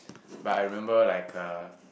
but I remember like a